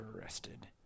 arrested